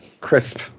Crisp